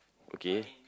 okay